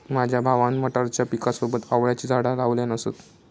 माझ्या भावान मटारच्या पिकासोबत आवळ्याची झाडा लावल्यान असत